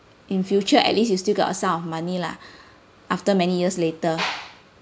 in future at least you still got a some of money lah after many years later